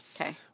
Okay